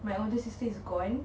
my older sister is gone